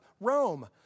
Rome